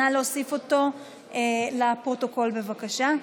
נא להוסיף אותו לפרוטוקול, בבקשה.